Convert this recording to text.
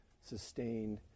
sustained